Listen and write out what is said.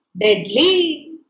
deadly